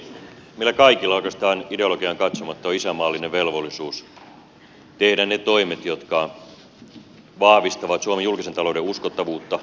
meillä kaikilla oikeastaan ideologiaan katsomatta on isänmaallinen velvollisuus tehdä ne toimet jotka vahvistavat suomen julkisen talouden uskottavuutta